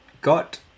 got